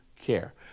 care